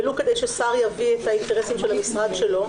ולו כדי ששר יביא את האינטרסים של המשרד שלו?